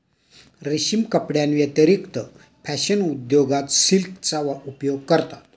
रेशीम कपड्यांव्यतिरिक्त फॅशन उद्योगात सिल्कचा उपयोग करतात